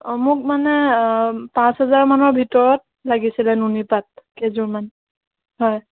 অঁ মোক মানে পাঁচ হাজাৰ মানৰ ভিতৰত লাগিছিলে নুনী পাট কেইযোৰ মান হয়